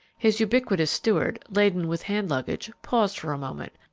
his ubiquitous steward, laden with hand luggage, paused for a moment.